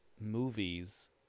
movies